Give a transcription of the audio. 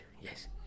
Yes